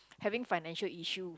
having financial issue